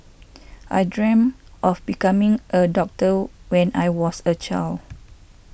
I dreamt of becoming a doctor when I was a child